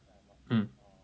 mm